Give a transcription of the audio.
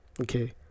Okay